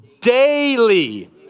daily